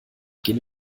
gehen